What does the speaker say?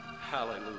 Hallelujah